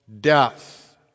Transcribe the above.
death